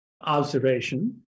observation